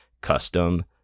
custom